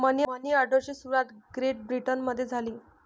मनी ऑर्डरची सुरुवात ग्रेट ब्रिटनमध्ये झाली